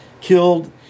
killed